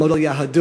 ללמוד על יהדות,